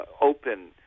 open